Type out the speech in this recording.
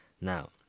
Now